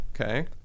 Okay